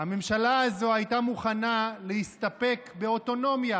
הממשלה הזאת הייתה מוכנה להסתפק באוטונומיה